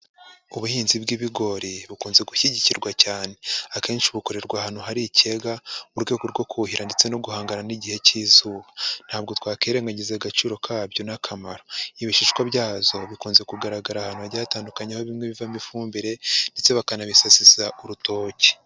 Ubuhinzi bw'ibigori bukunze gushyigikirwa cyane. Akenshi bukorerwa ahantu hari ikiyaga, mu rwego rwo kuhira ndetse no guhangana n'igihe cy'izuba. Ntabwo twakwirengagiza agaciro kabyo n'akamaro. Ibishishwa byazo bikunze kugaragara ahantu hagiye hatandukanye aho bimwe bivamo ifumbire ndetse bakanabisasesa urutoki.